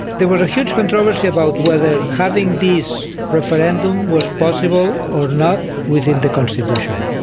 there was a huge controversy about whether having these referendum was possible or not within the constitution.